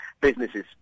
businesses